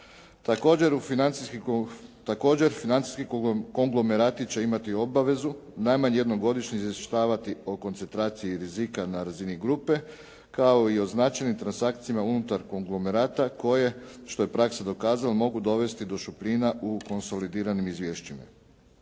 Također, financijski konglomerati će imati obavezu najmanje jednom godišnje izvještavati o koncentraciji rizika na razini grupe, kao i o značajnim transakcijama unutar konglomerata koje, što je praksa dokazala, mogu dovesti do šupljina u konsolidiranim izvješćima.